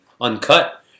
uncut